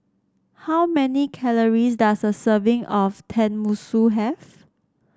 how many calories does a serving of Tenmusu have